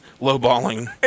Low-balling